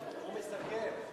הוא מסכם.